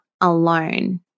alone